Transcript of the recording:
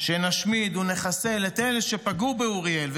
שנשמיד ונחסל את אלה שפגעו באוריאל,